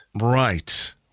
Right